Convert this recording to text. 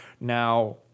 now